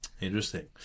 interesting